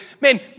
man